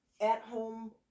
at-home